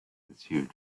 ensued